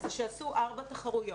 זה שעשו ארבע תחרויות.